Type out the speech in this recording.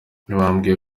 bambwiye